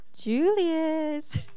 Julius